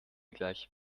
gleich